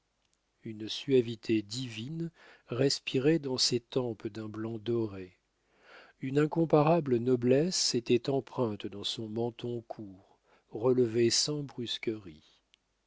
une suavité divine respirait dans ses tempes d'un blanc doré une incomparable noblesse était empreinte dans son menton court relevé sans brusquerie